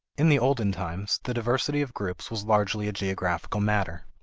in the olden times, the diversity of groups was largely a geographical matter.